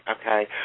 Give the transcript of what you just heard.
okay